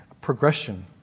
progression